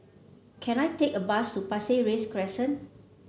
can I take a bus to Pasir Ris Crest